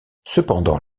cependant